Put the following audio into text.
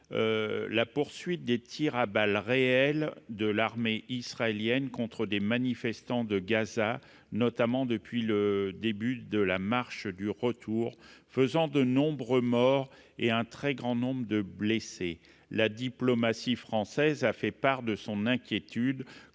la poursuite des tirs à balles réelles par l'armée israélienne contre les manifestants de Gaza, notamment depuis le début de la « marche du retour ». Ces tirs ont fait de nombreux morts et un très grand nombre de blessés. La diplomatie française a fait part de son inquiétude